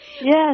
Yes